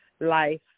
life